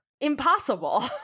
impossible